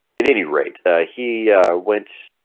at any rate he went